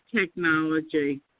technology